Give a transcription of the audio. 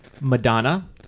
Madonna